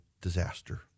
disaster